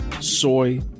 soy